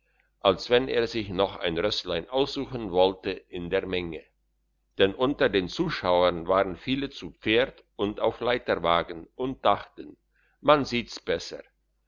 als wenn er sich noch ein rösslein aussuchen wollte in der menge denn unter den zuschauern waren viele zu pferd und auf leiterwägen und dachten man sieht's besser